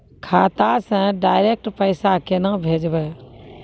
खाता से डायरेक्ट पैसा केना भेजबै?